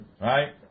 Right